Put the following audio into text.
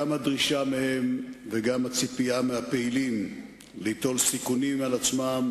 גם הדרישה מהם וגם הציפייה מהפעילים ליטול סיכונים על עצמם